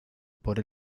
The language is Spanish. por